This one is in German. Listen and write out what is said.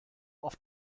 auf